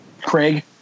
Craig